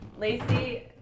Lacey